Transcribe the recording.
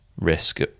risk